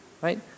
Right